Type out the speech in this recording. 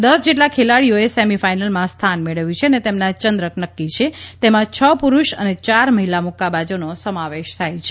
દસ જેટલા ખેલાડીઓએ સેમીફાઇનલમાં સ્થાન મેળવ્યું છે અને તેમના ચંદ્રક નક્કી છે તેમાં છ પુરૂષ અને ચાર મહિલા મુક્કાબાજોનો સમાવેશ થાય છે